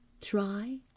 try